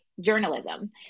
journalism